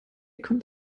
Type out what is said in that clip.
kommt